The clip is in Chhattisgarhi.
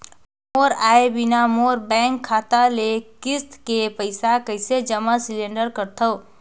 मोर आय बिना मोर बैंक खाता ले किस्त के पईसा कइसे जमा सिलेंडर सकथव?